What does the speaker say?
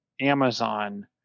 Amazon